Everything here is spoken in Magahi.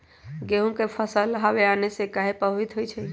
गेंहू के फसल हव आने से काहे पभवित होई छई?